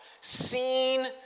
seen